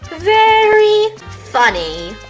very funny